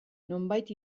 nonbait